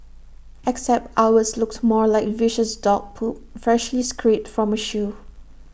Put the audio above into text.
except ours looked more like viscous dog poop freshly scraped from A shoe